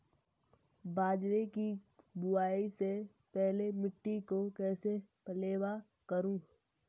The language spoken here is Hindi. बाजरे की बुआई से पहले मिट्टी को कैसे पलेवा करूं?